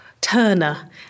Turner